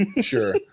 sure